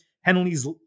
Henley's